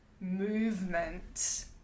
movement